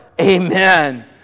Amen